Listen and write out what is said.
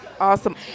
Awesome